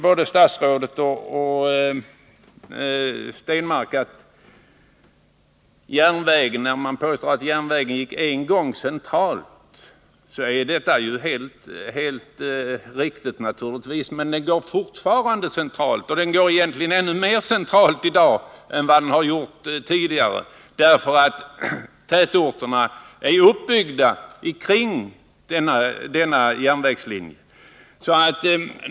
Både statsrådet och Per Stenmarck säger att järnvägen en gång gick centralt genom området, och det är naturligtvis helt riktigt. Men järnvägen går fortfarande centralt genom området. Egentligen gör den det i dag mer än tidigare, för tätorterna är ju uppbyggda kring denna järnvägslinje.